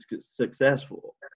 successful